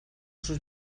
sus